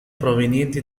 provenienti